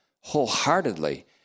wholeheartedly